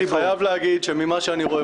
אני חייב להגיד שממה שאני רואה,